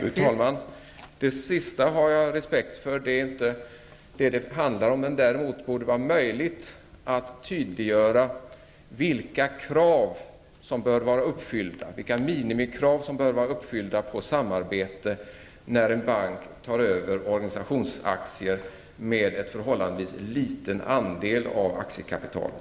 Fru talman! Jag har respekt för det sista som Bo Lundgren sade; det är inte det det handlar om. Däremot borde det vara möjligt att tydliggöra vilka minimikrav som bör vara uppfyllda i fråga om samarbetet i samband med att en bank tar över organisationsaktier med en förhållandevis liten andel av aktiekapitalet.